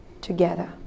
together